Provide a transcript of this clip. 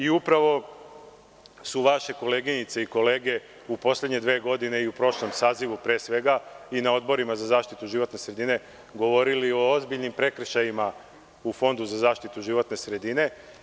Upravo su vaše koleginice i kolege u poslednje dve godine, u prošlom sazivu pre svega i na Odboru za zaštitu životne sredine govorili o ozbiljnim prekršajima u Fondu za zaštitu životne sredine.